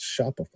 Shopify